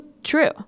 True